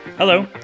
Hello